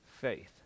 faith